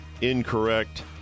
incorrect